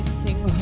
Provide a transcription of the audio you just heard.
sing